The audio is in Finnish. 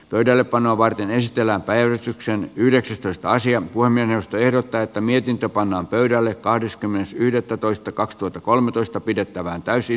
pöydällepanoa varten esitellä päivystyksen yhdeksitoista isien voimien johto ehdottaa että mietintö pannaan pöydälle kahdeskymmenes yhdettätoista kaksituhattakolmetoista pidettävään täysi